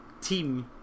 team